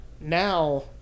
now